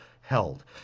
held